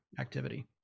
activity